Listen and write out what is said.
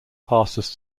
passes